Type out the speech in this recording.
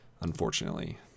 unfortunately